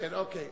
אוקיי.